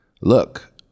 look